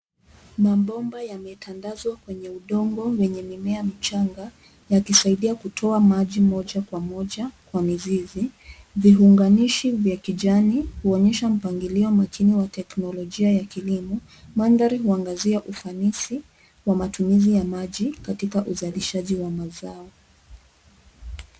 Mabomba yametandazwa kwenye udongo, wenye mimea mchanga, yakisaidia kutoa maji moja kwa moja kwa mizizi, viunganishi vya kijani, huonyesha mpangilio makini wa teknolijia ya kilimo. Mandhari huangazia ufanisi wa utumizi ya maji, katika uzalishaji wa mazao.